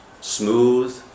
smooth